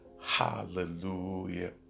Hallelujah